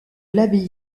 l’abbaye